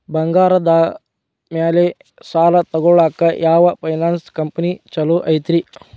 ಬಂಗಾರದ ಮ್ಯಾಲೆ ಸಾಲ ತಗೊಳಾಕ ಯಾವ್ ಫೈನಾನ್ಸ್ ಕಂಪನಿ ಛೊಲೊ ಐತ್ರಿ?